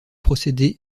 procédé